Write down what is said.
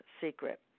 Secret